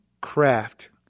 craft